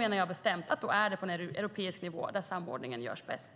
menar jag bestämt att det är på en europeisk nivå som samordningen görs bäst.